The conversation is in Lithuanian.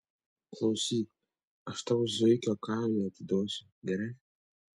klausyk aš tau zuikio kailį atiduosiu gerai